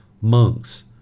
Monks